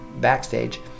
backstage